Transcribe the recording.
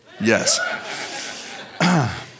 yes